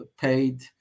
paid